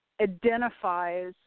identifies